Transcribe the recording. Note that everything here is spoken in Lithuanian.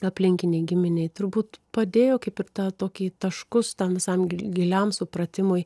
aplinkiniai giminei turbūt padėjo kaip ir tą tokį taškus tam visam giliam supratimui